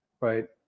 right